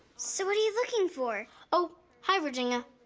so what are you looking for? oh, hi virginia.